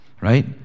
right